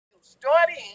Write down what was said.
starting